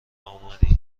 اومدی